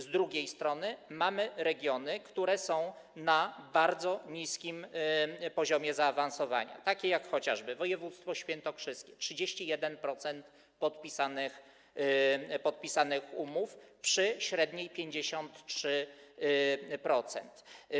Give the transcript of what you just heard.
Z drugiej strony, mamy regiony na bardzo niskim poziomie zaawansowania, takie jak chociażby województwo świętokrzyskie - 31% podpisanych umów przy średniej 53%.